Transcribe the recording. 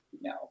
No